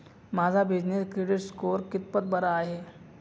माझा business credit score कितपत बरा आहे?